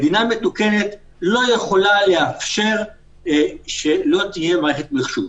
במדינה מתוקנת לא יכולה לאפשר שלא תהיה מערכת מחשוב.